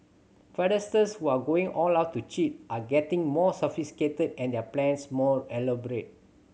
fraudsters who are going all out to cheat are getting more sophisticated and their plans more elaborate